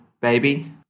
baby